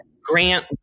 Grant